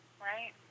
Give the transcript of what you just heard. Right